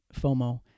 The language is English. FOMO